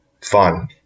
fun